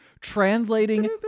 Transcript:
translating